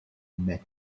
met